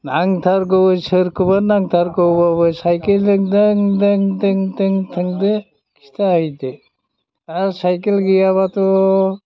नांथारगौ सोरखौबा नांथारगौबाबो सायकेलजों दों दों दों थांदो खिन्थाहैदो आरो सायकेल गैयाबाथ'